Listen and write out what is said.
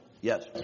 Yes